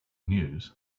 news